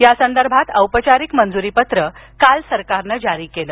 यासंदर्भात औपचारिक मंजुरीपत्र काल सरकारनं जारी केलं